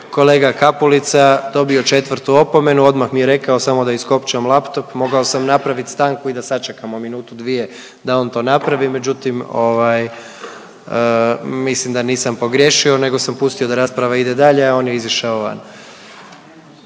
kolega Kapulica dobio 4. opomenu, odmah mi je rekao, samo da iskopčam laptop. Mogao sam napraviti stanku i da sačekamo minutu dvije, da on to napravi, međutim, ovaj, mislim da nisam pogriješio nego sam pustio da rasprava ide dalje, a on je izišao van.